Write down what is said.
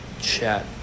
chat